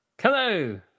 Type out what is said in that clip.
Hello